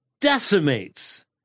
decimates